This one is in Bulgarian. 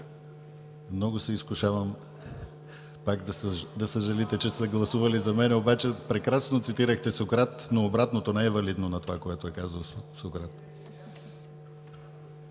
Много се изкушавам пак да съжалите, че сте гласували за мен. Прекрасно цитирахте Сократ, но обратното не е валидно на това, което е казал Сократ.